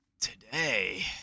today